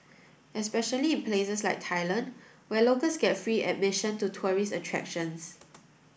especially in places like Thailand where locals get free admission to tourist attractions